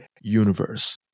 universe